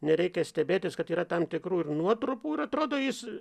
nereikia stebėtis kad yra tam tikrų ir nuotrupų ir atrodo jis